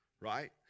right